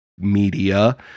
media